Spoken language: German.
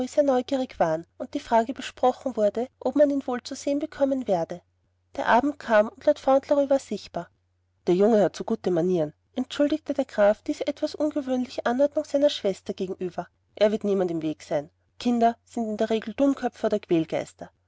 sehr neugierig waren und die frage besprochen wurde ob man ihn wohl zu sehen bekommen werde der abend kam und lord fauntleroy war sichtbar der junge hat so gute manieren entschuldigte der graf diese etwas ungewöhnliche anordnung seiner schwester gegenüber er wird niemand im wege sein kinder sind in der regel dummköpfe oder